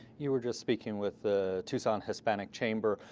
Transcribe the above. you were just speaking with ah tucson hispanic chamber.